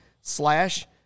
slash